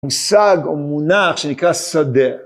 מושג או מונח שנקרא שדה.